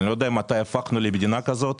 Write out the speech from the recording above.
אני לא יודע מתי הפכנו למדינה כזאת,